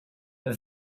her